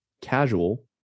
Casual